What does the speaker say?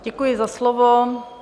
Děkuji za slovo.